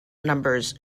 numbers